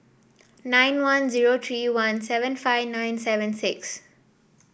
nine one zero three one seven five nine seven six